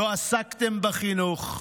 לא עסקתם בחינוך,